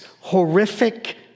horrific